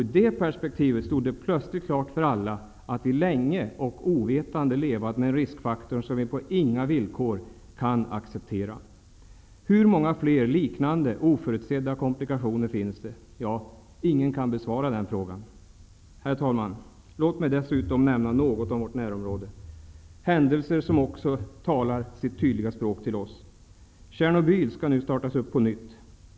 I det perspektivet stod det plötsligt klart för alla att vi länge och ovetande levat med en riskfaktor som vi på inga villkor kan acceptera. Hur många fler liknande oförutsedda komplikationer finns? Ingen kan besvara den frågan. Herr talman! Låt mig dessutom nämna något om vårt närområde. Där finns händelser som också talar sitt tydliga språk till oss. Tjernobyl skall nu startas upp på nytt.